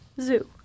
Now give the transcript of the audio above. Zoo